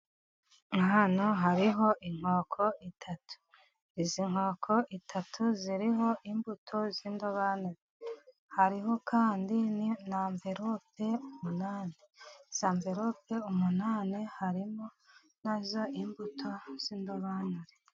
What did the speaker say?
Hano hariho inkoko eshatu. Izi nkoko eshatu ziriho imbuto z'indobanure. Hariho kandi na amverope umunani. Izi amverope umunani harimo na zo imbuto z'indobanure.